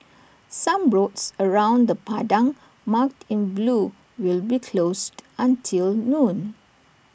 some roads around the Padang marked in blue will be closed until noon